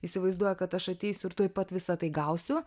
įsivaizduoja kad aš ateisiu ir tuoj pat visa tai gausiu